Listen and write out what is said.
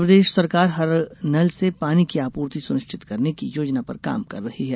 मप्र सरकार हर नल से पानी की आपूर्ति सुनिश्चित करने की योजना पर काम कर रही है